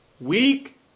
week